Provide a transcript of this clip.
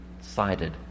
sided